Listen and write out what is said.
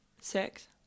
six